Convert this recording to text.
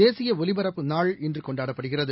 தேசியஒலிபரப்பு நாள் இன்றுகொண்டாடப்படுகிறது